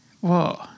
Whoa